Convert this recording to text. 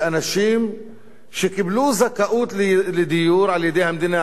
שאנשים שקיבלו זכאות לדיור על-ידי המדינה,